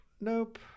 Nope